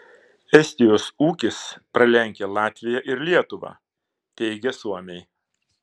estijos ūkis pralenkia latviją ir lietuvą teigia suomiai